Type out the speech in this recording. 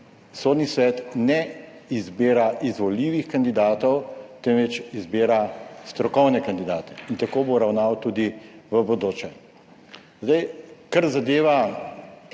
Sodni svet ne izbira izvoljivih kandidatov, temveč izbira strokovne kandidate. In tako bo ravnal tudi v bodoče. Kar zadeva